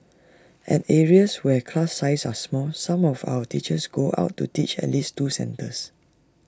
at areas where class sizes are small some of our teachers go out to teach at least two centres